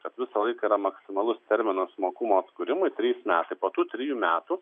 kad visą laiką yra maksimalus terminas mokumo atkūrimui trys metai po tų trijų metų